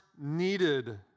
needed